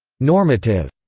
normative,